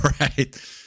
right